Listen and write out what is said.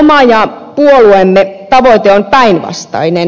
oma ja puolueemme tavoite on päinvastainen